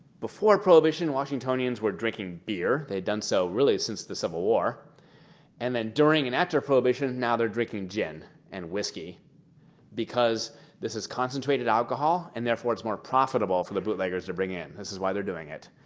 before prohibition, washingtonians were drinking beer. they had done so really since the civil war and during and after prohibition now they're drinking gin and whiskey because this is concentrated alcohol and therefore it's more profitable for the bootleggers to bring in. this is why they're doing it.